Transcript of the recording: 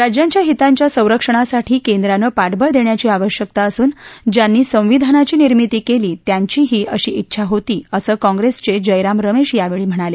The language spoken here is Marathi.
राज्यांच्या हितांच्या संरक्षणासाठी केंद्रानं पाठबळ देण्याची आवश्यकता असून ज्यांनी संविधानाची निर्मिती केली त्यांचीही अशी उछा होती असं काँप्रेसचे जयराम रमेश यावेळी म्हणाले